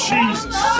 Jesus